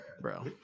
Bro